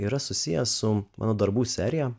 yra susijęs su mano darbų serija